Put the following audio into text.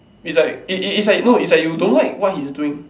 it's like it it it's like no it's like you don't like what he's doing